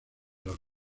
los